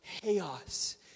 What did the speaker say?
chaos